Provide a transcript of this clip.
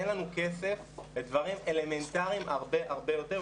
אין לנו כסף לדברים אלמנטריים הרבה יותר,